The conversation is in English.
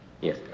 Yes